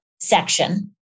section